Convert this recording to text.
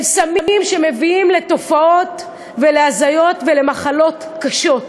הם סמים שמביאים לתופעות, ולהזיות ולמחלות קשות.